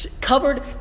covered